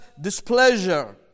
displeasure